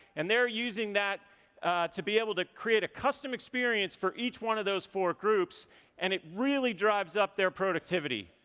and they're using that to be able to create a custom experience for each one of those four groups and it really drives us their productivity,